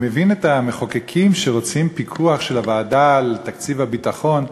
אני מבין את המחוקקים שרוצים פיקוח של הוועדה על תקציב הביטחון,